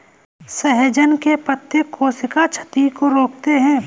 सहजन के पत्ते कोशिका क्षति को रोकते हैं